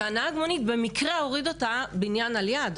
הנהג מונית במקרה הוריד אותה בניין על יד,